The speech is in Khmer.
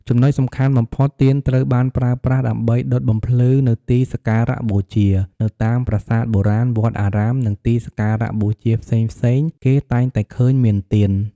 ចំណុចសំខាន់បំផុត ទៀនត្រូវបានប្រើប្រាស់ដើម្បីដុតបំភ្លឺនៅទីសក្ការៈបូជា នៅតាមប្រាសាទបុរាណ វត្តអារាម និងទីសក្ការៈបូជាផ្សេងៗ គេតែងតែឃើញមានទៀន។